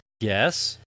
yes